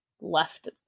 left